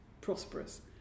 prosperous